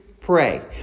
pray